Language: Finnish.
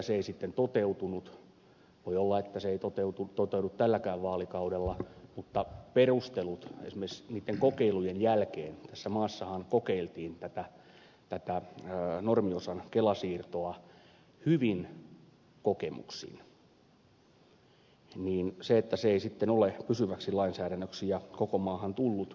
se ei sitten toteutunut ja voi olla että se ei toteudu tälläkään vaalikaudella mutta sopii kysyä mitkä olivat perustelut esimerkiksi niitten kokeilujen jälkeen tässä maassahan kokeiltiin tätä normiosan kela siirtoa hyvin kokemuksin että se ei sitten ole pysyväksi lainsäädännöksi ja koko maahan tullut